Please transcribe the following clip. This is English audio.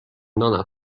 none